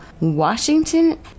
Washington